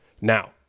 Now